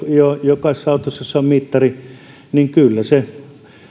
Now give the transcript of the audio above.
jokaisessa autossa on mittari ja kyllä se